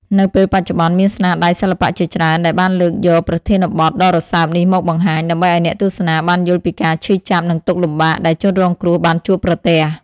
នៅពេលបច្ចុប្បន្នមានស្នាដៃសិល្បៈជាច្រើនដែលបានលើកយកប្រធានបទដ៏រសើបនេះមកបង្ហាញ ដើម្បីឲ្យអ្នកទស្សនាបានយល់ពីការឈឺចាប់ និងទុក្ខលំបាកដែលជនរងគ្រោះបានជួបប្រទះ។